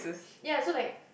ya so like